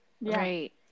right